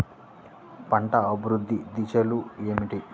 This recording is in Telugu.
పంట అభివృద్ధి దశలు ఏమిటి?